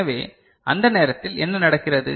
எனவே அந்த நேரத்தில் என்ன நடக்கிறது